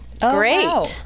Great